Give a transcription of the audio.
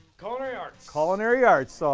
culinary arts! culinary arts!